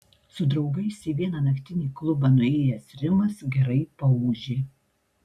su draugais į vieną naktinį klubą nuėjęs rimas gerai paūžė